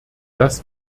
das